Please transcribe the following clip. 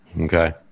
Okay